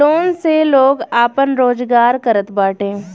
loan से लोग आपन रोजगार करत बाटे